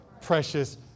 Precious